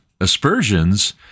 aspersions